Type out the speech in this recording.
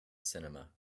cinema